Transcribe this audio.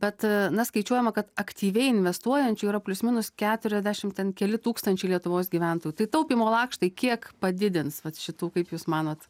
bet na skaičiuojama kad aktyviai investuojančių yra plius minus keturiasdešimt ten keli tūkstančiai lietuvos gyventojų tai taupymo lakštai kiek padidins vat šitų kaip jūs manot